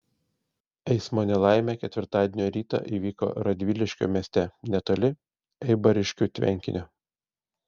eismo nelaimė ketvirtadienio rytą įvyko radviliškio mieste netoli eibariškių tvenkinio